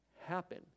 happen